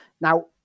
Now